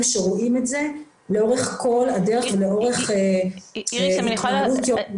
שרואות את זה לאורך כל הדרך ולאורך ההתנהלות היומיומית.